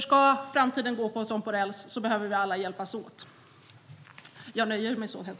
Ska framtiden gå som på räls behöver vi alla hjälpas åt.